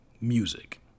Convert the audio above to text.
music